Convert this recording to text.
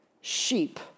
sheep